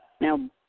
Now